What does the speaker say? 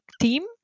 team